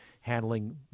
handling